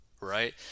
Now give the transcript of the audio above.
right